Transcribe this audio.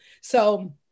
So-